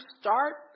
start